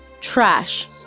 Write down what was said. Trash